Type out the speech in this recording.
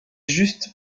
juste